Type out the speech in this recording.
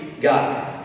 God